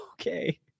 okay